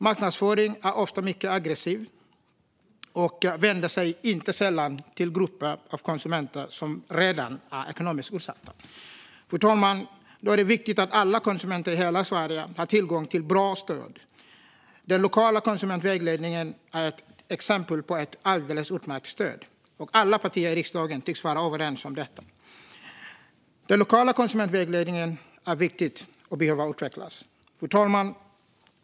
Marknadsföringen är ofta mycket aggressiv och vänder sig inte sällan till grupper av konsumenter som redan är ekonomiskt utsatta. Fru talman! Då är det viktigt att alla konsumenter i hela Sverige har tillgång till bra stöd. Den lokala konsumentvägledningen är ett exempel på ett alldeles utmärkt stöd, och alla partier i riksdagen tycks vara överens om detta. Den lokala konsumentvägledningen är viktig och behöver utvecklas. Fru talman!